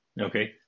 Okay